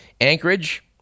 Anchorage